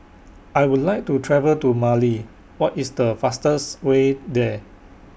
I Would like to travel to Mali What IS The fastest Way There